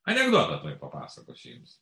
anekdotą tuoj papasakosiu jums